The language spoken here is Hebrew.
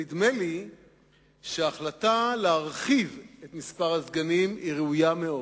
נדמה לי שההחלטה להגדיל את מספר הסגנים היא ראויה מאוד.